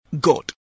God